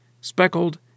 speckled